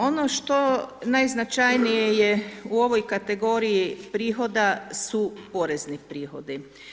Ono što najznačajnije je u ovoj kategoriji prihoda su porezni prihodi.